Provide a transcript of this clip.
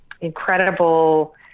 incredible